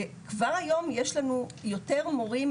שכבר היום יש לנו יותר מורים,